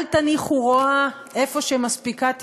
אל תניחו רוע איפה שמספיקה טיפשות.